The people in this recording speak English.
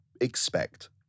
expect